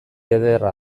ederra